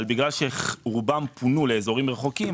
אבל בגלל שרובם פונו לאזורים רחוקים,